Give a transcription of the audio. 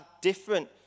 different